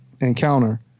encounter